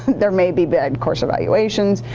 there may be bad course evaluations.